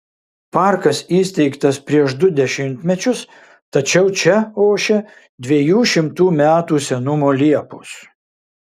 parkas įsteigtas prieš du dešimtmečius tačiau čia ošia dviejų šimtų metų senumo liepos